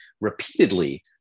repeatedly